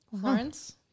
Florence